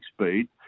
speed